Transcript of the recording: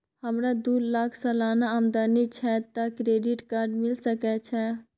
हमरा दू लाख सालाना आमदनी छै त क्रेडिट कार्ड मिल सके छै?